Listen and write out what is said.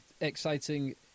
exciting